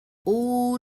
all